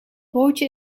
bootje